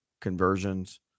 conversions